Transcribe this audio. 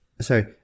sorry